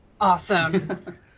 Awesome